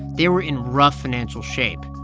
they were in rough financial shape.